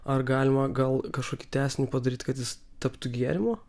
ar galima gal kažkokį tęsinį padaryti kad jis taptų gėrimu